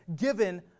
given